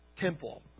temple